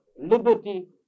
liberty